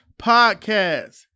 podcast